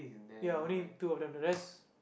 ya only two of them the rest